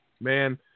Man